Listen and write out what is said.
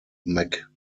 mccabe